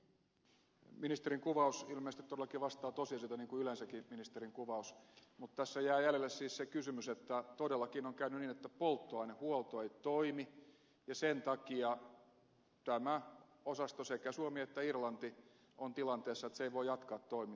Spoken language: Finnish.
ministerin kuvaus ilmeisesti todellakin vastaa tosiasioita niin kuin yleensäkin ministerin kuvaus mutta tässä jää jäljelle siis se kysymys että todellakin on käynyt niin että polttoainehuolto ei toimi ja sen takia tämä osasto sekä suomi että irlanti on siinä tilanteessa että se ei voi jatkaa toimintaansa